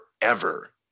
forever